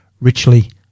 richly